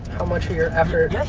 much of your effort yeah